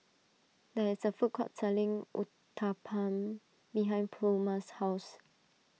there is a food court selling Uthapam behind Pluma's house